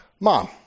Mom